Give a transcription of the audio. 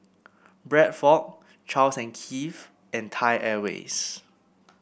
Bradford Charles and Keith and Thai Airways